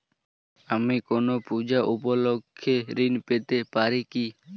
আমি কোনো পূজা উপলক্ষ্যে ঋন পেতে পারি কি?